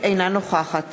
אינה נוכחת